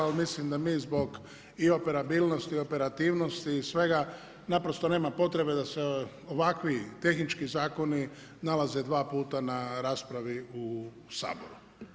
Ali mislim da mi i zbog operabilnosti i operativnosti i svega naprosto nema potrebe da se ovakvi, tehnički zakoni nalaze dva puta na raspravi u Saboru.